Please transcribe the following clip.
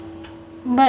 but